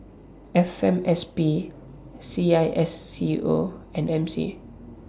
F M S P C I S C O and M C